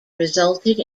resulted